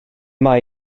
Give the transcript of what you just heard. mae